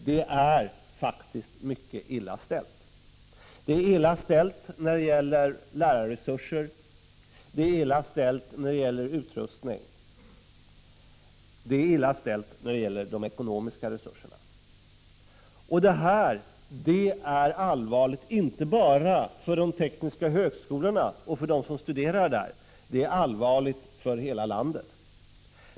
Det är faktiskt mycket illa ställt — när det gäller lärarresurser, utrustning och ekonomiska resurser. Detta är allvarligt inte bara för de tekniska högskolorna och för dem som studerar där, det är allvarligt för hela landet.